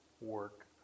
work